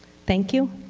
thank you.